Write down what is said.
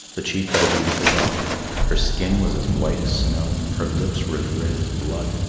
the chief had a beautiful daughter her skin was as white as snow, her lips were as red as blood,